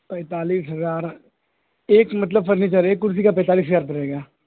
پینتالیس ہزار ایک مطلب فرنیچر ایک کرسی کا پینتالیس ہزار پڑے گا